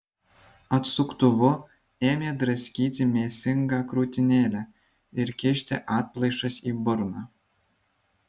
atsuktuvu ėmė draskyti mėsingą krūtinėlę ir kišti atplaišas į burną